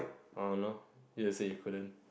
um no you say you couldn't